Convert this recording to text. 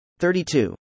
32